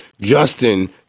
Justin